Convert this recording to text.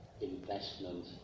investment